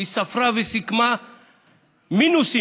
היא ספרה וסיכמה מינוסים,